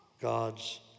God's